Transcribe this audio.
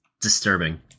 disturbing